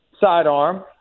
sidearm